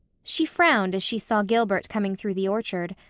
she frowned as she saw gilbert coming through the orchard.